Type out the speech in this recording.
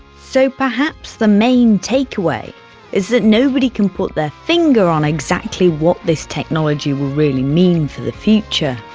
so perhaps the main take-away is that nobody can put their finger on exactly what this technology will really mean for the future,